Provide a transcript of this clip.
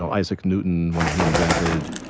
so isaac newton, when he invented